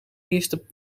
eerste